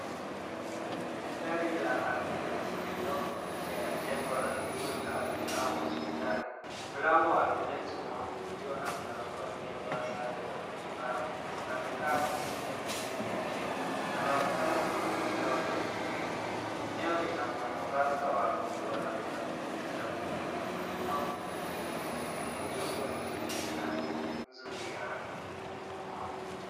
Gari la ambulensi lililopo nje ya jengo la kituo cha afya au hospitali, mlango wa ambulensi umefunguliwa na kuna mtu aliyevaa sare za matibabu amekaa kwenye viti pembeni ya jengo. Anaonekana kupumzika au kusubiri, eneo lina mwangaza wa jua na kuna kivuli cha miti au kitu kingine, kuonyesha kuwa ni siku yenye hali nzuri ya anga.